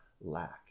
lack